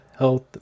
health